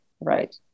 Right